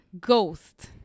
Ghost